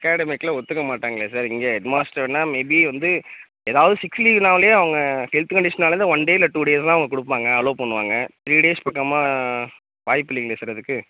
அகாடமிக்கில் ஒத்துக்க மாட்டாங்களே சார் இங்கே ஹெட் மாஸ்டர்ன்னா மேபி வந்து ஏதாவது சிக் லீவ்ஸ்னாலே அவங்க ஹெல்த் கண்டிஷன்னாலே ஒன் டே இல்லை டூ டேஸில் தான் அவங்க கொடுப்பாங்க அலோவ் பண்ணுவாங்க த்ரீ டேஸ் பக்கமாக வாய்ப்பு இல்லைங்களே சார் அதுக்கு